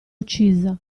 uccisa